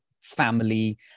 family